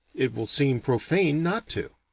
it will seem profane not to.